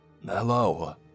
Hello